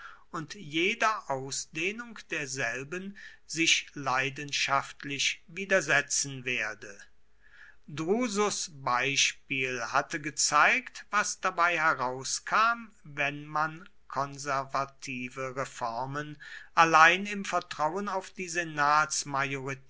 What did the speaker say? und jeder ausdehnung derselben sich leidenschaftlich widersetzen werde drusus beispiel hatte gezeigt was dabei herauskam wenn man konservative reformen allein im vertrauen auf die